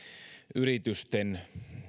yritysten